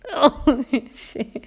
holy shit